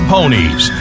Ponies